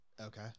Okay